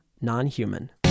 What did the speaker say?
Nonhuman